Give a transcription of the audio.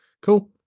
Cool